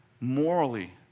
morally